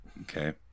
okay